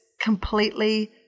completely